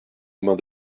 romain